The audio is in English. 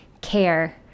care